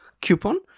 coupon